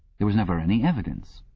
there was never any evidence.